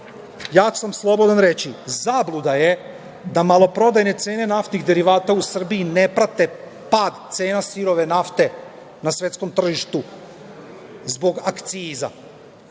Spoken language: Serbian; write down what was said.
sam slobodan reći, zabluda je da maloprodajne cene naftnih derivata u Srbiji ne prate pad cena sirove nafte na svetskom tržištu zbog akciza.